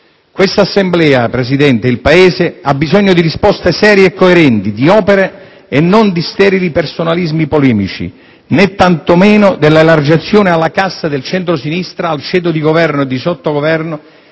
Quest'Assemblea, signor Presidente, il Paese, ha bisogno di risposte serie e coerenti, di opere e non di sterili personalismi polemici: né tantomeno dell'elargizione alla casta del centro-sinistra, al ceto di governo e di sottogoverno